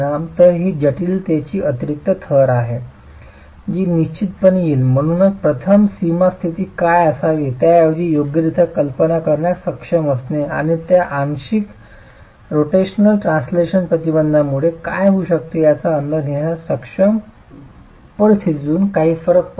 तर ही जटिलतेची अतिरिक्त थर आहे जी निश्चितपणे येईल आणि म्हणूनच प्रथम सीमा स्थिती काय असावी त्याऐवजी योग्यरित्या कल्पना करण्यास सक्षम असणे आणि त्या आंशिक रोटेशनल ट्रान्सलेशन प्रतिबंधनांमुळे काय होऊ शकते याचा अंदाज घेण्यास सक्षम परिस्थितीतून काही फरक असल्यास